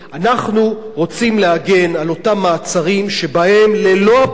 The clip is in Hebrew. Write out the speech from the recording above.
אנחנו רוצים להגן על אותם מעצרים שבהם ללא הפרסום